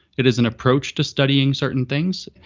it is an approach to studying certain things.